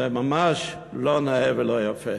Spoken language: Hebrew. זה ממש לא נאה ולא יפה.